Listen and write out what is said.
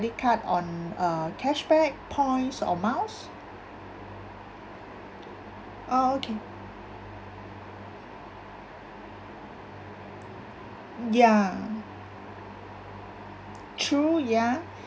card on uh cashback points or miles oh okay ya true ya